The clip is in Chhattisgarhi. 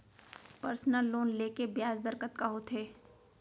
पर्सनल लोन ले के ब्याज दर कतका होथे?